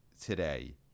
today